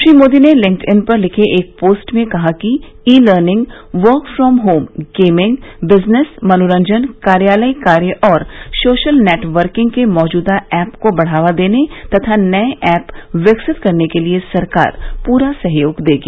श्री मोदी ने लिंक्डइन पर लिखे एक पोस्ट में कहा कि e learning work from home gaming business मनोरंजन कार्यालय कार्य और सोशल नेटवर्किंग के मौजूदा ऐप को बढ़ावा देने तथा नए ऐप विकसित करने के लिए सरकार पूरा सहयोग देगी